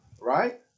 right